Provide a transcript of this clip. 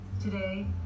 Today